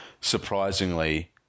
Surprisingly